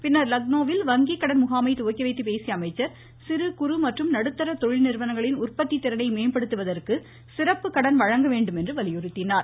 பின்னர் லக்னௌவில் வங்கி கடன் முகாமை துவக்கி வைத்துப் பேசிய அமைச்சர் சிறு குறு மற்றும் நடுத்தர தொழில் நிறுவனங்களின் உற்பத்தி திறனை மேம்படுத்துவதற்கு சிறப்பு கடன் வழங்க வேண்டும் என்று வலியுறுத்தினார்